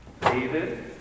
David